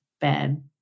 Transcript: bad